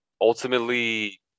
ultimately